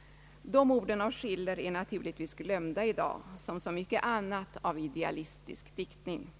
— de orden av Schiller är naturligtvis glömda i dag som så mycket annat av idealistisk diktning.